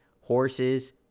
horses